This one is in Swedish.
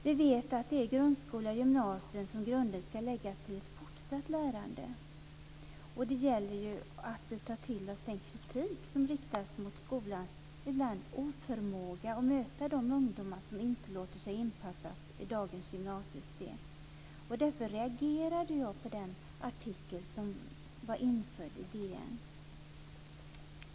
Vi vet att det är i grundskola och gymnasium som grunden ska läggas för ett fortsatt lärande. Det gäller att vi tar till oss den kritik som riktas mot skolans oförmåga att ibland möta de ungdomar som inte låter sig passas in i dagens gymnasiesystem. Därför reagerade jag på den artikel som var införd i DN.